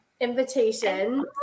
invitation